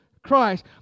Christ